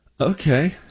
Okay